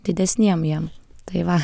didesniem jiem tai va